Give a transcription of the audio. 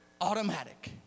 automatic